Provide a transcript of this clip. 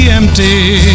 empty